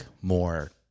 more